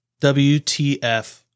WTF